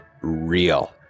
real